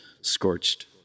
scorched